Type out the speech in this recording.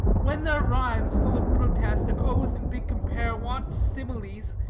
when their rhymes, full of protest, of oath, and big compare, want similes,